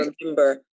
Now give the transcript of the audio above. remember